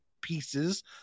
pieces